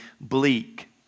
bleak